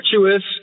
virtuous